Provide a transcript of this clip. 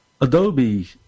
Adobe